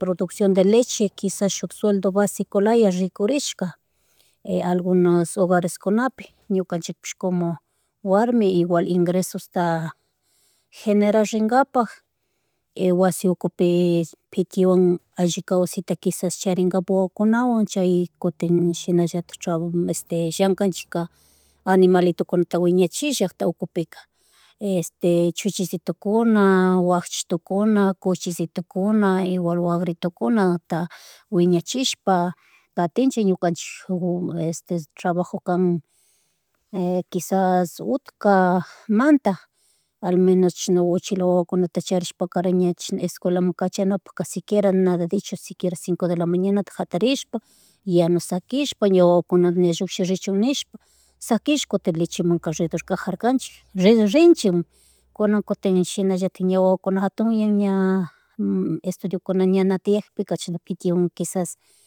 producciòn de leche, quisa suk sueldo basicolaya rikurishka algunos hogariskunapi, ñukanchikpish, como warmi igual ingresusta generarinkapak, y wasi ukupi, pitiwan alli kawsayta kisas charinkapak wawakunawan, chay kutin shinallatik, trabaj este llankanchika animalitokunaka wiñachish llackta ukupika. Este chuchisitukuna, wakchitukuna kuchillitukuna igual wagritukunata, wiñachishpa, katinchik, ñukanchi este, trabajokan, kisas utkamanta, al menos chishna uchila wawakunata charishpakarin ña chishna, Escuelamun cachanapaka siquiera nada dicho, siquiera cinco de la mañanata hatarishpa, yanus shakishpa ña wawakuna ña rullirichunnishpa saquish, kutin lechemunka ridur kajarkanchik, rinchik. Kunan kutin shinallatik, ña wawakuna hatuyan ña estudiokuna ña na tiapikka chashna pitiuwan kisas